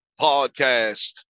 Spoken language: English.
Podcast